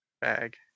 bag